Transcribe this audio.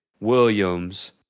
Williams